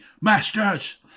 masters